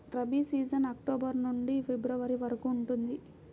rabi season October నుండి February వరకు ఉంటుంది